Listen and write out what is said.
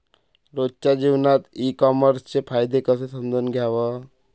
रोजच्या जीवनात ई कामर्सचे फायदे कसे समजून घ्याव?